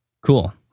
Cool